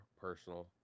personal